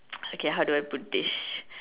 okay how do I put this